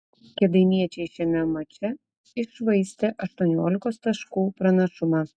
kėdainiečiai šiame mače iššvaistė aštuoniolikos taškų pranašumą